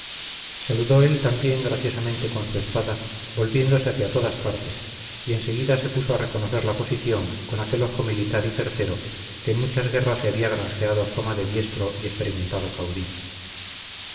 saludó él también graciosamente con su espada volviéndose hacia todas partes y enseguida se puso a reconocer la posición con aquel ojo militar y certero que en muchas guerras le había granjeado fama de diestro y experimentado caudillo